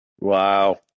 Wow